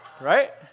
Right